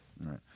Right